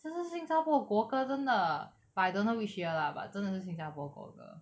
这是新加坡的国歌真的 but I don't know which year lah but 真的是新加坡国歌